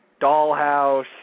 Dollhouse